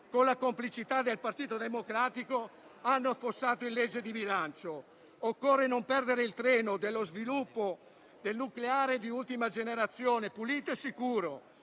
con la complicità del Partito Democratico, hanno affossato in legge di bilancio. Non bisogna perdere il treno dello sviluppo del nucleare di ultima generazione, che è pulito e sicuro.